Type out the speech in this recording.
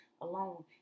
alone